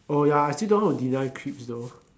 oh ya I actually don't know how to deny creeps though